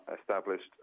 established